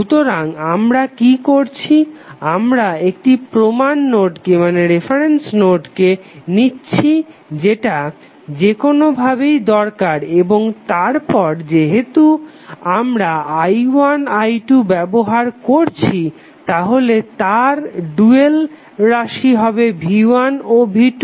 সুতরাং আমরা কি করছি আমরা একটি প্রমান নোডকে নিচ্ছি যেটা যেকোনো ভাবেই দরকার এবং তারপর যেহেতু আমরা i1 i2 ব্যবহার করছি তাহলে তার ডুয়াল রাশি হবে v1 ও v2